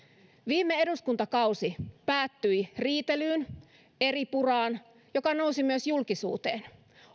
viime eduskuntakausi päättyi riitelyyn eripuraan joka nousi myös julkisuuteen